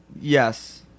yes